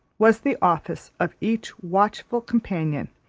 was the office of each watchful companion,